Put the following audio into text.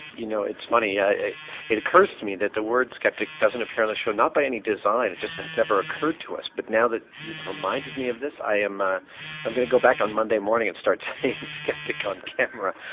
you know it's funny, it occurs to me that the word skeptic doesn't appear on the show not by any design it just has never occurred to us but now that you've reminded me of this i am ah um going to go back on monday morning and start saying skeptic on camera.